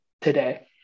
today